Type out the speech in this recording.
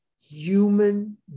human